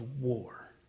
war